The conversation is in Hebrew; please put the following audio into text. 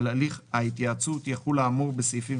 על הליך ההתייעצות יחול האמור בסעיפים